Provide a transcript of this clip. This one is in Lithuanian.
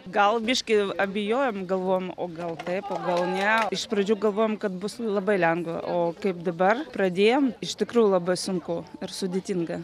gal biškį abejojom galvom o gal taip o gal ne iš pradžių galvojom kad bus labai lengva o kaip dabar pradėjom iš tikrųjų labai sunku ir sudėtinga